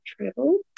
travel